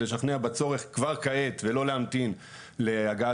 לשכנע בצורך כבר כעת ולא להמתין להגעת